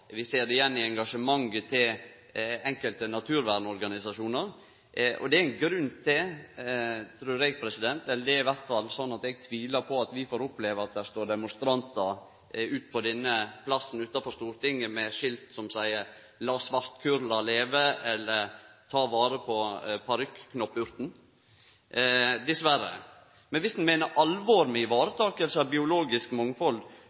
vi ser det igjen i engasjementet til enkelte naturvernorganisasjonar. Og det er det ein grunn til, trur eg. Det er i alle fall sånn at eg tvilar på at vi får oppleve at det står demonstrantar på plassen utanfor Stortinget med skilt som seier «La svartkurla leve!» eller «Ta vare på parykknoppurten!» – dessverre. Men viss ein meiner alvor med å ta vare på biologisk mangfald,